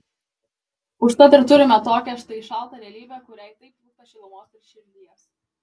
užtat ir turime tokią štai šaltą realybę kuriai taip trūksta šilumos ir širdies